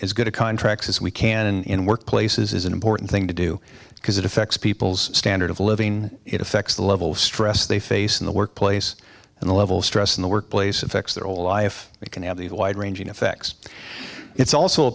to contract as we can in workplaces is an important thing to do because it affects people's standard of living it affects the level of stress they face in the workplace and the level of stress in the workplace affects their whole life they can have a wide ranging effects it's also a